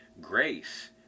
grace